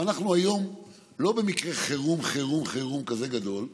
אבל אנחנו היום לא במקרה חירום חירום חירום כזה גדול,